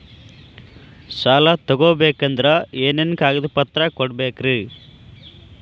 ಸಾಲ ತೊಗೋಬೇಕಂದ್ರ ಏನೇನ್ ಕಾಗದಪತ್ರ ಕೊಡಬೇಕ್ರಿ?